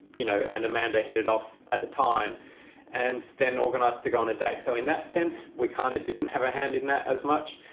you know, and amanda hit it off at the time and then organized to go on a date. so in that sense, we kind of didn't have a hand in that as much.